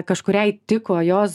kažkuriai tiko jos